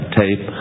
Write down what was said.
tape